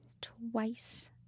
twice